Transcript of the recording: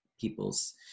people's